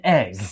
egg